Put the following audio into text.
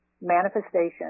manifestation